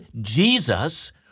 Jesus